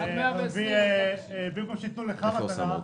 עד 120. במקום שיתנו לך מתנה,